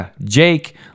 Jake